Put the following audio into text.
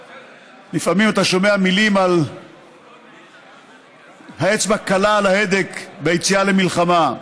לפעמים אתה שומע מילים על האצבע הקלה על ההדק ביציאה למלחמה,